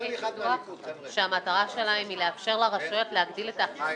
אלה משקים סגורים והוצאה מותנית בהכנסה.